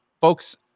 folks